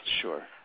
Sure